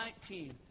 19